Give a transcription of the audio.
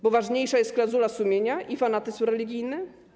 Bo ważniejsza jest klauzula sumienia i fanatyzm religijny?